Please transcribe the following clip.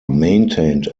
maintained